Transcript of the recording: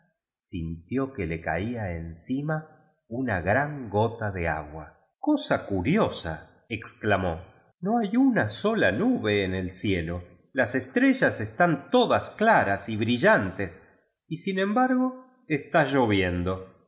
sintió que le caía ondina una gran gota de agua cosía curiosa exclamó no hay una sola nube en el ciclo las estrellas están todas claras y brillantes y sin embargo está lloviendo